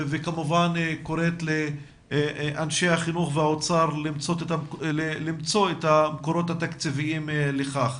וכמובן קוראת לאנשי החינוך והאוצר למצוא את המקורות התקציביים לכך.